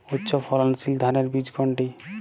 উচ্চ ফলনশীল ধানের বীজ কোনটি?